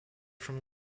from